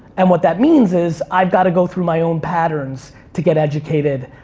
and what that means is i've gotta go through my own patterns to get educated.